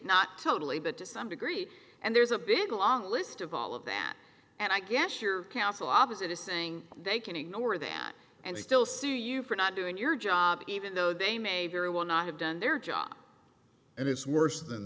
not totally but to some degree and there's a big long list of all of that and i guess your counsel opposite is saying they can ignore that and they still see you for not doing your job even though they may very well not have done their job and it's worse than